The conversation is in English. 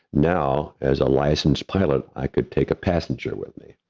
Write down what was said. now, as a licensed pilot, i could take a passenger with me.